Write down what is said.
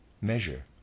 measure